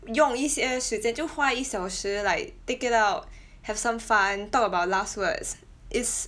no precisely 用一些时间就花一小时 like take it out have some fun talk about last words is